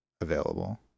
available